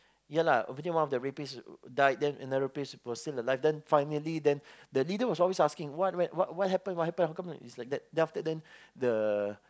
yeah lah obviously one of the rapist died then another rapist proceed the life then finally then the leader was always asking what happen what happen how come is like that then after that then the